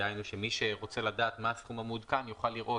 דהיינו שמי שרוצה לדעת מה הסכום המעודכן יוכל לראות